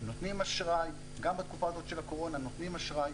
גם בתקופה הזאת של הקורונה נותנים אשראי.